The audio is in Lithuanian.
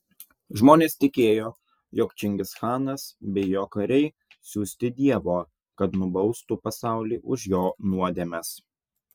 žmonės tikėjo jog čingischanas be jo kariai siųsti dievo kad nubaustų pasaulį už jo nuodėmes